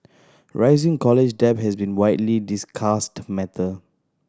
rising college debt has been widely discussed matter